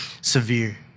severe